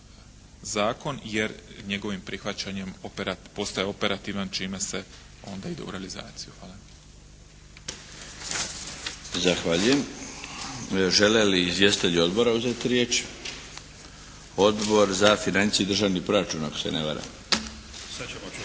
zakon, jer njegovim prihvaćanjem postaje operativan čime se onda ide u realizaciju. Hvala. **Milinović, Darko (HDZ)** Zahvaljujem. Žele li izvjestitelji odbora uzeti riječ? Odbor za financije i državni proračun ako se ne varam. **Prtenjača,